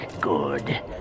good